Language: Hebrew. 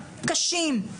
קשים.